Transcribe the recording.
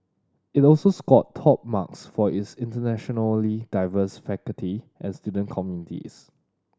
it also scored top marks for its internationally diverse faculty and student communities